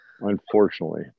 unfortunately